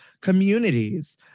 communities